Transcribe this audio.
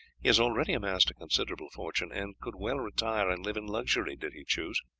he has already amassed a considerable fortune, and could well retire and live in luxury did he choose.